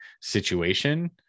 situation